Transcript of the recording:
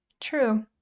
True